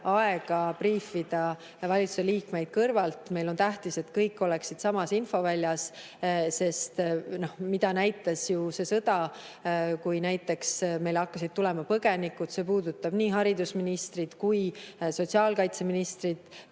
aega briifida valitsuse liikmeid kõrvalt. Meile on tähtis, et kõik oleksid samas infoväljas. Sest sõda näitas, kui meile hakkasid tulema põgenikud, et see puudutab nii haridusministrit, sotsiaalkaitseministrit